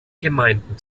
gemeinden